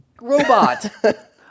robot